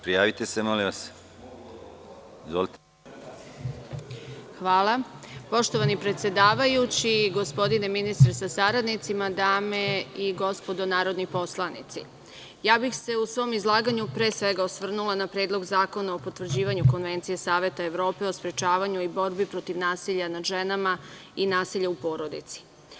Poštovani predsedavajući, gospodine ministre sa saradnicima, dame i gospodo narodni poslanici, u svom izlaganju bih se pre svega osvrnula na Predlog zakona o potvrđivanju Konvencije Saveta Evrope o sprečavanju i borbi protiv nasilja nad ženama i nasilja u porodici.